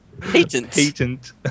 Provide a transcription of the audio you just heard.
Patent